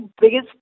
biggest